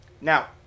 Now